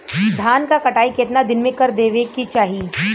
धान क कटाई केतना दिन में कर देवें कि चाही?